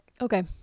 okay